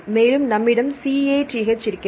மேலும் நம்மிடம் CATH இருக்கிறது